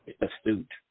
astute